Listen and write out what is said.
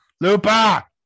Lupa